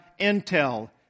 intel